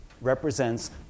represents